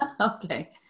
Okay